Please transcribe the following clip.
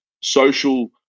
social